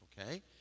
Okay